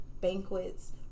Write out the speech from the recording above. banquets